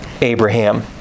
Abraham